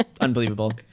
unbelievable